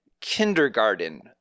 kindergarten